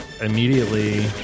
immediately